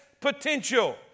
potential